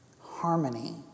harmony